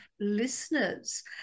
listeners